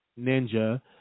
ninja